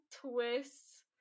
twists